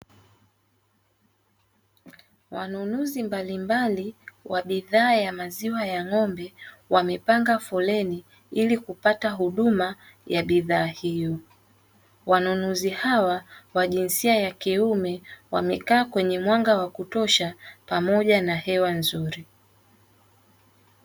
Wanunuzi mbalimbali wa bidhaa ya maziwa ya ng'ombe wamepanga foleni ili kupata huduma ya bidhaa hiyo, wanunuzi hawa wa jinsia ya kiume wamekaa kwenye mwanga wa kutosha pamoja na hewa nzuri.